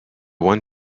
one